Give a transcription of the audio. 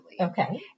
okay